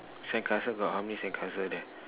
sandcastle got how many sandcastle there